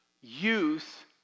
youth